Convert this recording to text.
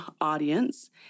audience